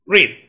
Read